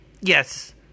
Yes